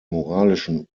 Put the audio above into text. moralischen